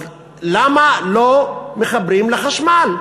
אז למה לא מחברים לחשמל?